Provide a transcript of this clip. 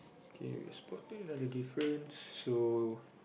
K we spotted another difference so